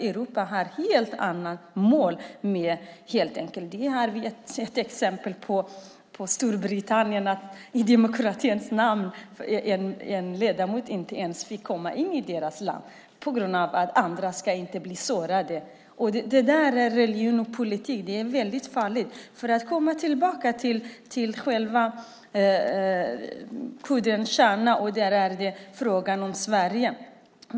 Europa har ett helt annat mål. Det finns ett exempel i Storbritannien. I demokratins namn fick en ledamot inte ens komma in i landet därför att andra inte skulle bli sårade. Religion och politik är farligt. Låt mig komma tillbaka till pudelns kärna. Frågan gäller Sverige.